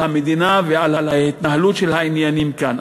המדינה ומעל ההתנהלות של העניינים כאן.